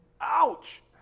Ouch